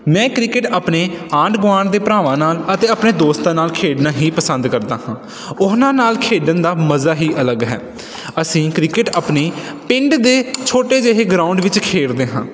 ਮੈਂ ਕ੍ਰਿਕਟ ਆਪਣੇ ਆਂਢ ਗੁਆਂਢ ਦੇ ਭਰਾਵਾਂ ਨਾਲ ਅਤੇ ਆਪਣੇ ਦੋਸਤਾਂ ਨਾਲ ਖੇਡਣਾ ਹੀ ਪਸੰਦ ਕਰਦਾ ਹਾਂ ਉਹਨਾਂ ਨਾਲ ਖੇਡਣ ਦਾ ਮਜ਼ਾ ਹੀ ਅਲੱਗ ਹੈ ਅਸੀਂ ਕ੍ਰਿਕਟ ਆਪਣੀ ਪਿੰਡ ਦੇ ਛੋਟੇ ਜਿਹੇ ਗਰਾਊਂਡ ਵਿੱਚ ਖੇਡਦੇ ਹਾਂ